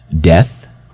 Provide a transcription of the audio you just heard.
Death